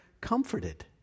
comforted